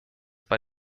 bei